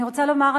אני רוצה לומר,